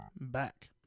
back